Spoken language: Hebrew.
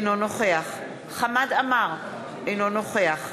אינו נוכח חמד עמאר, אינו נוכח